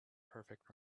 perfect